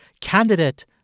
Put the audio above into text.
candidate